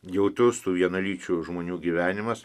jautrus tų vienalyčių žmonių gyvenimas